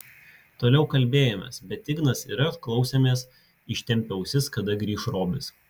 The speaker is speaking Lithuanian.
toliau kalbėjomės bet ignas ir aš klausėmės ištempę ausis kada grįš robis